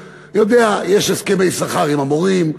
יודע: יש הסכמי שכר עם המורים,